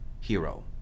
hero